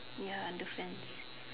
ya understand